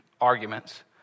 arguments